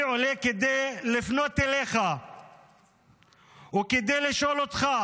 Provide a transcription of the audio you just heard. אני עולה כדי לפנות אליך וכדי לשאול אותך